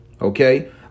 Okay